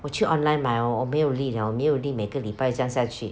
我去 online 买 hor 我没有力 liao 没有力每个礼拜这样下去